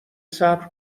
صبر